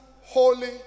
Holy